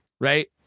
Right